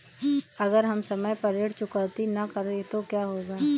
अगर हम समय पर ऋण चुकौती न करें तो क्या होगा?